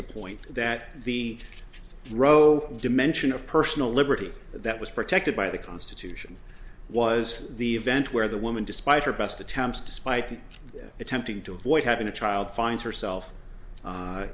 the point that the row dimension of personal liberty that was protected by the constitution was the event where the woman despite her best attempts despite the attempting to avoid having a child finds herself